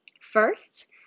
First